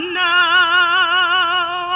now